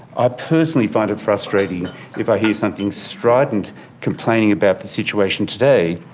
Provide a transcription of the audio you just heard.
i personally find it frustrating if i hear something strident complaining about the situation today,